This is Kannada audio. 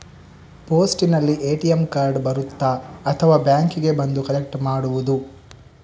ಪೋಸ್ಟಿನಲ್ಲಿ ಎ.ಟಿ.ಎಂ ಕಾರ್ಡ್ ಬರುತ್ತಾ ಅಥವಾ ಬ್ಯಾಂಕಿಗೆ ಬಂದು ಕಲೆಕ್ಟ್ ಮಾಡುವುದು?